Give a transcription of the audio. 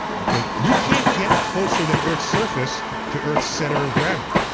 okay. you can't get closer than earth's surface to earth's center of gravity.